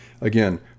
Again